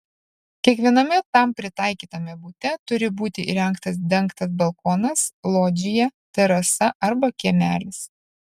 kiekviename tam pritaikytame bute turi būti įrengtas dengtas balkonas lodžija terasa arba kiemelis